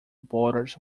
borders